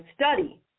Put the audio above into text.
study